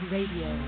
Radio